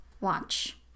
watch